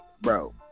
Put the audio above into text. bro